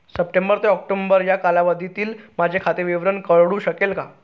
September ते October या कालावधीतील माझे खाते विवरण कळू शकेल का?